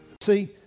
See